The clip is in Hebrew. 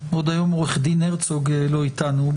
והיום עורך דין הרצוג לא איתנו.